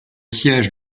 siège